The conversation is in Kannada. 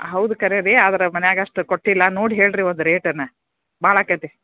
ಹೌದು ಖರೆ ರೀ ಆದ್ರೆ ಮನ್ಯಾಗ ಅಷ್ಟು ಕೊಟ್ಟಿಲ್ಲ ನೋಡಿ ಹೇಳಿರಿ ಒಂದು ರೇಟನ್ನ ಭಾಳ ಆಕೇತಿ